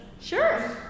Sure